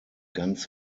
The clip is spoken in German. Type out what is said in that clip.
ganz